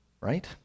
right